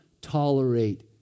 tolerate